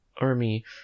army